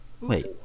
wait